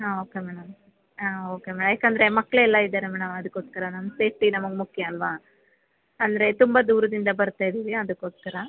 ಹಾಂ okay madam ಹಾಂ okay ಯಾಕೆಂದ್ರೆ ಮಕ್ಕಳೆಲ್ಲ ಇದ್ದಾರೆ ಮೇಡಂ ಅದಕೋಸ್ಕರ ನಮ್ಮ ಸೇಫ್ಟಿ ನಮಗೆ ಮುಖ್ಯ ಅಲ್ವ ಅಂದರೆ ತುಂಬ ದೂರದಿಂದ ಬರ್ತಾಯಿದ್ದೀವಿ ಅದಕ್ಕೋಸ್ಕರ